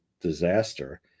disaster